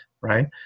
right